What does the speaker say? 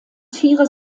tiere